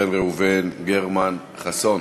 נחמיאס, בן ראובן, גרמן, חסון,